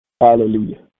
Hallelujah